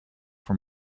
from